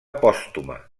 pòstuma